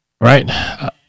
right